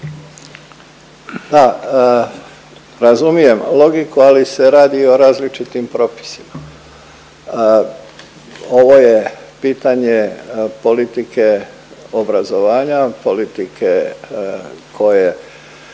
Pa razumijem logiku, ali se radi o različitim propisima. Ovo je pitanje politike obrazovanja, politike koje